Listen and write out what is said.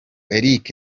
eric